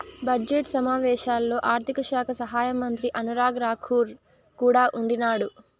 budget సమావేశాల్లో ఆర్థిక శాఖ సహాయమంత్రి అనురాగ్ రాకూర్ కూడా ఉండిన్నాడు